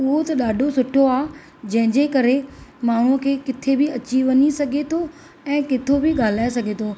उहो त ॾाढो सुठो आहे जंहिंजे करे माण्हूअ खे किथे बि अची वञी सघे थो ऐं किथो बि ॻाल्हाए सघे थो